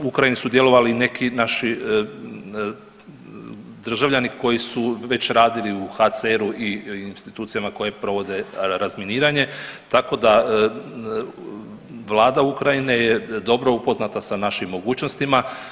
U Ukrajini su djelovali neki naši državljani koji su već radili u HCR-u i institucijama koje provode razminiranje, tako da vlada Ukrajine je dobro upoznata sa našim mogućnostima.